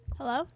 Hello